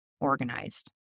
organized